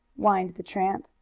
whined the tramp.